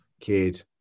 kid